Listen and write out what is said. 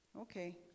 okay